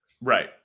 Right